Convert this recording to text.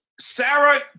Sarah